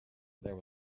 there